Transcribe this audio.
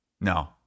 No